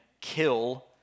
kill